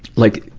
like,